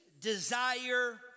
desire